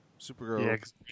Supergirl